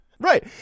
Right